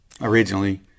originally